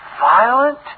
violent